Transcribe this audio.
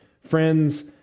friends